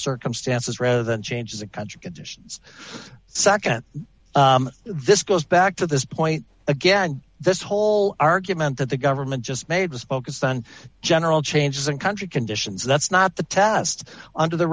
circumstances rather than change is a country it's nd this goes back to this point again this whole argument that the government just made was focused on general changes in country conditions that's not the test onto the